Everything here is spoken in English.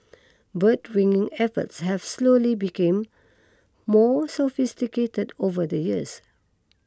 bird ringing efforts have slowly became more sophisticated over the years